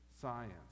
science